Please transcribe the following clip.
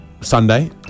Sunday